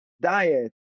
diet